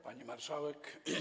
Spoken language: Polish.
Pani Marszałek!